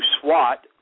SWAT